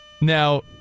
Now